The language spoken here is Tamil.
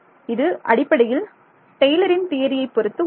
இது அடிப்படையில் டெய்லரின் தியரியை Taylor's theory பொறுத்து உள்ளது